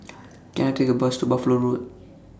Can I Take A Bus to Buffalo Road